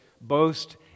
boast